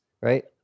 right